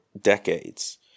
decades